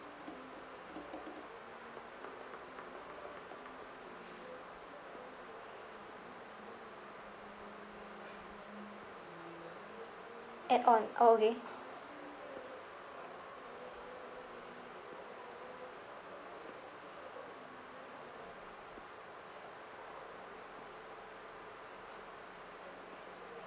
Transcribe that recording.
add on oh okay